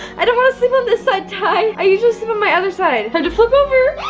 i don't want to sleep on this side, ty. i usually sleep on my other side time to flip over.